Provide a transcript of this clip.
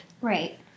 Right